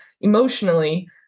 emotionally